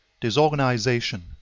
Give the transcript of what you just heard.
Disorganization